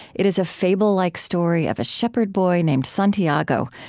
it is a fable-like story of a shepherd-boy named santiago,